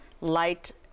light